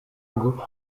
ngo